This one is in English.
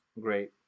great